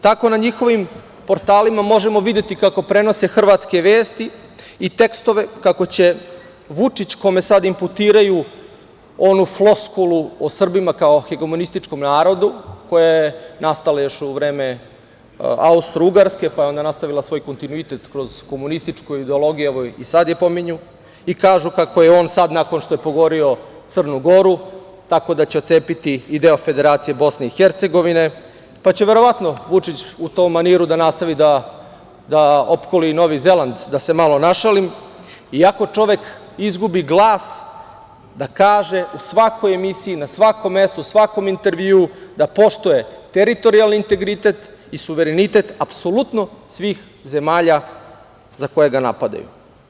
Tako na njihovim portalima možemo videti kako prenose hrvatske vesti i tekstove, kako će Vučić, kome sada inputiraju onu floskulu o Srbima kao hegemonističkom narodu, koja je nastala još u vreme Austrougarske, pa je onda nastavila svoj kontinuitet kroz komunističku ideologiju, evo i sada je pominju, i kažu kako je on sada nakon što pokorio Crnu Goru, tako da će otcepiti i deo Federacije Bosne i Hercegovine, pa će verovatno Vučić u tom maniru da nastavi da opkoli i Novi Zeland, da se malo našalim, iako čovek izgubi glas da kaže u svakoj emisiji, na svakom mestu, u svakom intervju, da poštuje teritorijalni integritet i suverenitet apsolutno svih zemalja za koje ga napadaju.